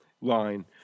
line